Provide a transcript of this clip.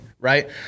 right